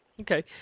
Okay